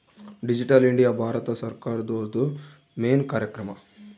digital India Bharat ಸರ್ಕಾರ್ದೊರ್ದು main ಕಾರ್ಯಕ್ರಮ